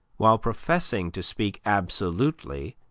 while professing to speak absolutely,